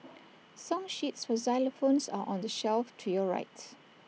song sheets for xylophones are on the shelf to your right